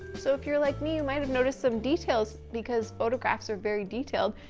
so if you're like me you might have noticed some details, because photographs are very detailed.